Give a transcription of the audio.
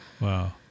Wow